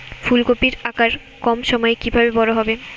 ফুলকপির আকার কম সময়ে কিভাবে বড় হবে?